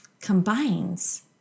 combines